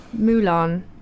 Mulan